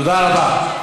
תודה רבה.